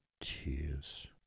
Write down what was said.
tears